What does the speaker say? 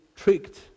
tricked